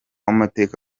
w’amateka